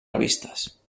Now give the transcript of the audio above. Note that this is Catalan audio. revistes